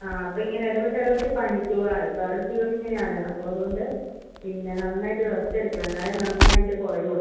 ആ അപ്പം ഇങ്ങനെ ഇടവിട്ട് ഇടവിട്ട് പനിക്കും അത് വൈറൽ ഫീവറിന് ഇങ്ങനെയാണ് അപ്പം അതുകൊണ്ട് പിന്നെ നന്നായിട്ട് റെസ്റ്റ് എടുക്കണം എന്നാലേ നന്നായിട്ട് കുറയുള്ളൂ